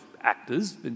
actors